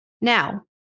Now